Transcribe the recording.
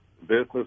Business